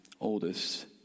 oldest